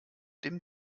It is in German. dem